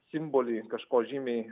simbolį kažko žymiai